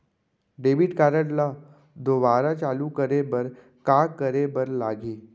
Debit card ला दोबारा चालू करे बर का करे बर लागही?